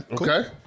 Okay